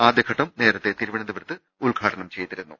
ആദ്യഘട്ടം നേരത്തെ തിരുവനന്തപുരത്ത് ഉദ്ഘാടനം ചെയ്തിരുന്നു